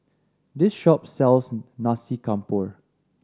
this shop sells Nasi Campur